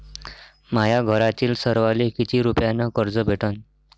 माह्या घरातील सर्वाले किती रुप्यान कर्ज भेटन?